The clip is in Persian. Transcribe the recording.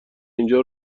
اینجا